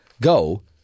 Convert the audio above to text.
go